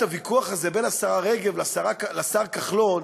הוויכוח הזה בין השרה רגב לשר כחלון,